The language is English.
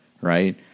right